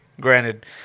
granted